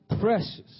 precious